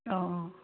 অঁ